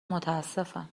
متاسفم